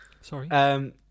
Sorry